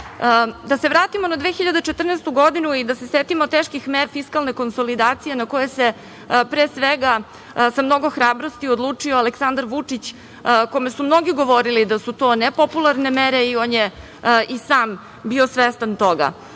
se vratimo na 2014. godinu i da se setimo teških mera fiskalne konsolidacije na koje se, pre svega, sa mnogo hrabrosti odlučio Aleksandar Vučić, kome su mnogi govorili da su to nepopularne mere i on je i sam bio svestan toga